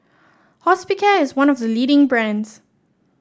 Hospicare is one of the leading brands